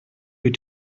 your